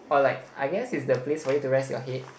or like I guess it's the place for you to rest your head